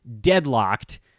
deadlocked